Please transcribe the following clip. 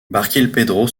barkilphedro